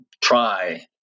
try